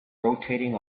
rotating